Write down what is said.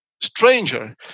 stranger